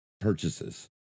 purchases